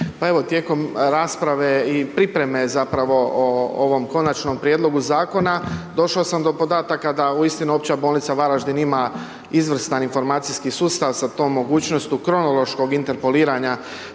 Pa evo tijekom rasprave i pripreme zapravo o ovom konačnom prijedlogu zakona došao sam do podataka da uistinu Opća bolnica Varaždin ima izvrstan informacijski sustav sa tom mogućnošću kronološkog interpoliranja